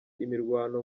imirwano